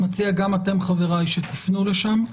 אני מציע גם אתם, חבריי, שתפנו לשם.